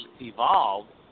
evolved